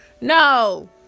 no